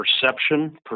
Perception